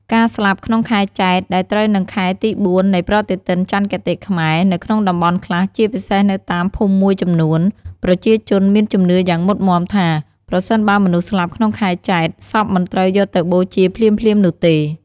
ការស្លាប់ក្នុងខែចេត្រ ដែលត្រូវនិងខែទី ៤ នៃប្រតិទិនចន្ទគតិខ្មែរ នៅក្នុងតំបន់ខ្លះ ជាពិសេសនៅតាមភូមិមួយចំនួន ប្រជាជនមានជំនឿយ៉ាងមុតមាំថា ប្រសិនបើមនុស្សស្លាប់ក្នុងខែចេត្រ សពមិនត្រូវយកទៅបូជាភ្លាមៗនោះទេ។